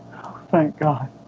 thank god